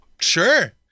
Sure